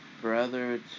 Brother